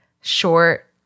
short